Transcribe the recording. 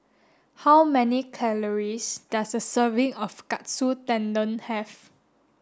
how many calories does a serving of Katsu Tendon have